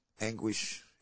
anguish